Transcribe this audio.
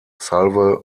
salve